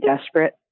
desperate